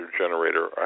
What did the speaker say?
generator